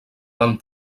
van